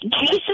Jesus